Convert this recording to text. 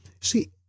see